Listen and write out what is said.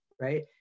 right